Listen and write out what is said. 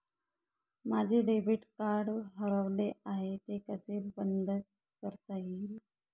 माझे debit card हरवले आहे ते कसे बंद करता येईल?